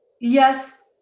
Yes